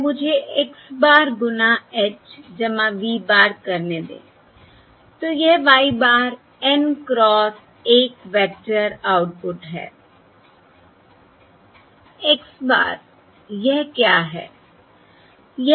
या मुझे x bar गुना h v bar करने दें तो यह y bar n cross 1 vector output है x bar यह क्या है